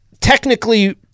technically –